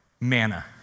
Manna